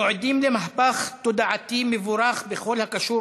אנחנו עדים למהפך תודעתי מבורך בכל הקשור